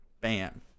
bam